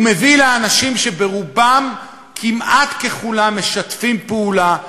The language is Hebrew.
הוא מביא לאנשים שרובם כמעט ככולם משתפים פעולה,